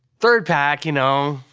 third pack, you know,